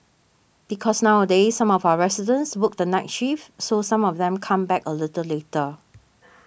because nowadays some of our residents work the night shift so some of them come back a little later